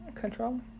Control